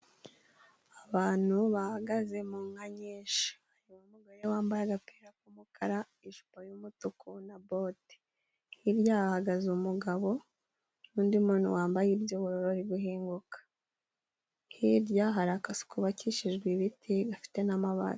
Abantu bahagaze mu nka nyinshi , umwe wambaye agapira k'umukara, ijipo y'umutuku na bote ,hirya hahagaze umugabo n'undi muntu wambaye iby'ubururiu uri guhinguka, hirya hari akazu kubakishijwe ibiti gafite n'amabara.